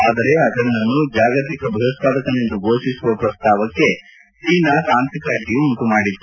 ಆದರೆ ಅಜರ್ನನ್ನು ಜಾಗತಿಕ ಭಯೋತ್ವಾದಕನೆಂದು ಘೋಷಿಸುವ ಪ್ರಸ್ತಾವಕ್ಕೆ ಚೀನಾ ತಾಂತ್ರಿಕ ಅಡ್ಡಿ ಉಂಟು ಮಾಡಿತ್ತು